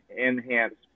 enhanced